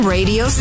Radio